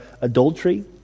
adultery